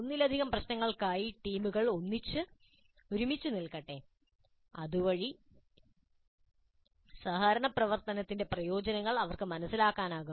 ഒന്നിലധികം പ്രശ്നങ്ങൾക്കായി ടീമുകൾ ഒരുമിച്ച് നിൽക്കട്ടെ അതുവഴി സഹകരണ പ്രവർത്തനത്തിന്റെ പ്രയോജനങ്ങൾ അവർക്ക് മനസ്സിലാക്കാനാകും